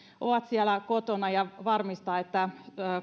ovat siellä kotona ja varmistaa että